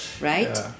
right